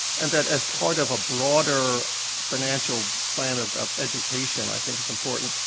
and that as part of a broader financial plan, ah, ah, education, i think, is important.